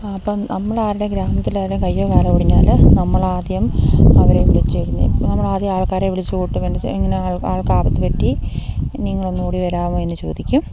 അപ്പം നമ്മുടെ ആരുടെയെങ്കിലും ഗ്രാമത്തില് ആരുടെയെങ്കിലും കയ്യോ കാലോ ഒടിഞ്ഞാല് നമ്മളാദ്യം അവരെ നമ്മളാദ്യം ആൾക്കാരെ വിളിച്ചുകൂട്ടും ഇങ്ങനെ ആൾക്ക് ആപത്തുപറ്റി നിങ്ങളൊന്നോടി വരാമോയെന്ന് ചോദിക്കും